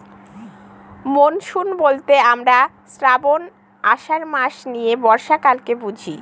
monsoon বলতে আমরা শ্রাবন, আষাঢ় মাস নিয়ে বর্ষাকালকে বুঝি